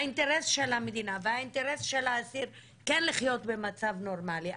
האינטרס של המדינה והאינטרס של האסיר כן לחיות במצב נורמלי,